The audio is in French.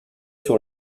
sur